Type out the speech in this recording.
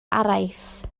araith